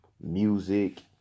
music